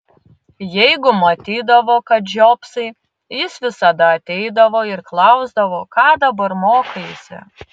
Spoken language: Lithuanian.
jeigu matydavo kad žiopsai jis visada ateidavo ir klausdavo ką dabar mokaisi